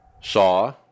saw